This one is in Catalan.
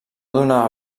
donava